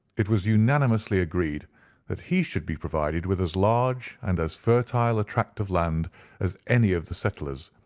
it was unanimously agreed that he should be provided with as large and as fertile a tract of land as any of the settlers,